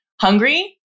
Hungry